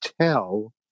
tell